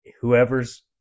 whoever's